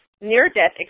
Near-Death